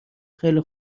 خیلی